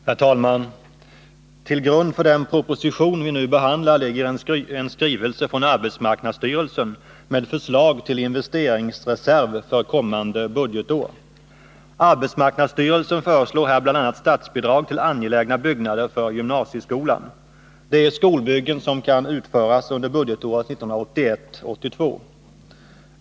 Herr talman! Till grund för den proposition vi nu behandlar ligger en skrivelse från arbetsmarknadsstyrelsen med förslag till investeringsreserv för kommande budgetår. Arbetsmarknadsstyrelsen föreslår här bl.a. statsbidrag till angelägna byggnader för gymnasieskolan. Det är skolbyggen som kan utföras under budgetåret 1981/82.